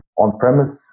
on-premise